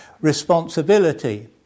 responsibility